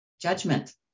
Judgment